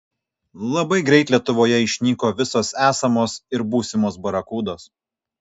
labai greit lietuvoje išnyko visos esamos ir būsimos barakudos